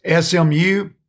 SMU